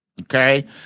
Okay